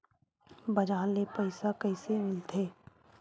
बजार ले पईसा कइसे मिलथे?